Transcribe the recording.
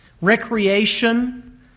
recreation